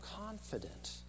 confident